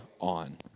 on